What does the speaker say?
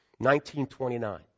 1929